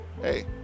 hey